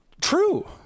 true